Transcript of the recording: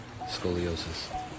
scoliosis